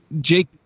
Jake